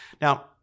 Now